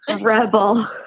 rebel